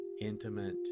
intimate